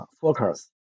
focus